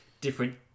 different